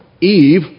Eve